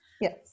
Yes